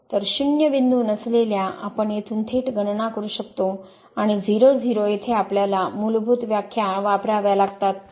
तर शून्य बिंदू नसलेल्या आपण येथून थेट गणना करू शकतो आणि 0 0 येथे आपल्याला मूलभूत व्याख्या वापराव्या लागतात